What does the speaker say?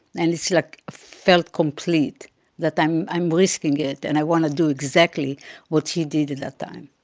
and it's like felt complete that i'm i'm risking it. and i want to do exactly what he did at that time.